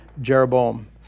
Jeroboam